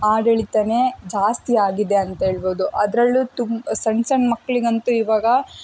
ಆಡಳಿತನೇ ಜಾಸ್ತಿಯಾಗಿದೆ ಅಂತ್ಹೇಳ್ಬೋದು ಅದರಲ್ಲೂ ತುಂ ಸಣ್ಣ ಸಣ್ಣ ಮಕ್ಕಳಿಗಂತು ಇವಾಗ